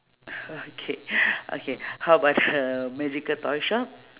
okay okay how about the magical toy shop